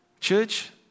Church